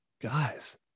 Guys